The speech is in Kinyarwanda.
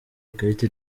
ikarita